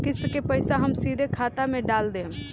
किस्त के पईसा हम सीधे खाता में डाल देम?